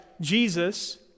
Jesus